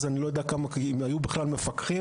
אני לא יודע אם היו אז בכלל מפקחים.